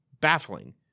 baffling